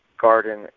garden